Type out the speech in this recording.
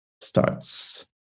starts